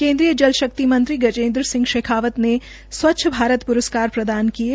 केन्द्रीय जल शक्ति क्षेत्रों गजेन्द्र शेखावत ने स्व्च्छ भारत प्रस्कार प्रदान किये